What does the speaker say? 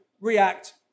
react